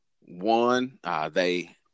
one—they